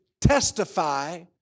testify